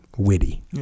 witty